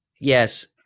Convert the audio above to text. Yes